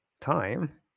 Time